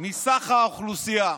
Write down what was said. מסך האוכלוסייה.